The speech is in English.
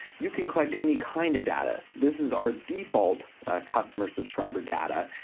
you can collect any kind of data. this is our default customer subscriber data.